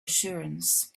assurance